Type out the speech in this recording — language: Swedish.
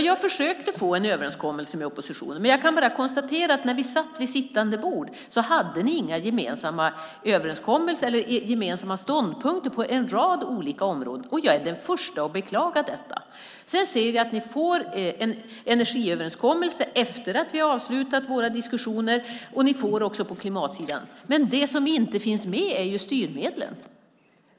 Jag försökte nå en överenskommelse med oppositionen, men jag kan konstatera att de vid sittande bord inte hade några gemensamma ståndpunkter på en rad olika områden. Jag är den första att beklaga det. Sedan ser vi att de kommer fram till en energiöverenskommelse efter det att vi avslutat våra diskussioner. Det gäller även på klimatsidan. Det som emellertid inte finns med är styrmedlen.